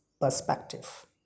perspective